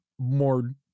more